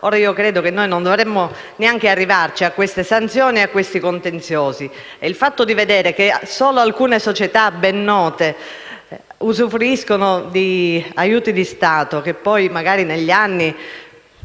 Credo che noi non dovremmo neanche arrivare a queste sanzioni e a questi contenziosi. Inoltre vediamo che solo alcune società ben note usufruiscono di aiuti di Stato, che poi magari - come